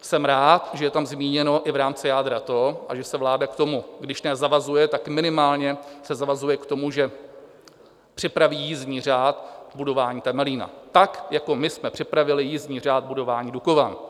Jsem rád, že je tam zmíněno i v rámci jádra to, že se vláda k tomu když ne zavazuje, tak minimálně se zavazuje k tomu, že připraví jízdní řád budování Temelína tak, jako my jsme připravili jízdní řád k budování Dukovan.